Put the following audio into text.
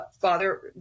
Father